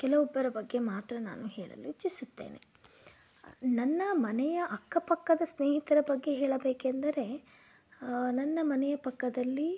ಕೆಲವೊಬ್ಬರ ಬಗ್ಗೆ ಮಾತ್ರ ನಾನು ಹೇಳಲು ಇಚ್ಛಿಸುತ್ತೇನೆ ನನ್ನ ಮನೆಯ ಅಕ್ಕಪಕ್ಕದ ಸ್ನೇಹಿತರ ಬಗ್ಗೆ ಹೇಳಬೇಕೆಂದರೆ ನನ್ನ ಮನೆಯ ಪಕ್ಕದಲ್ಲಿ